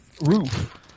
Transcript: roof